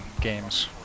games